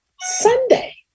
Sunday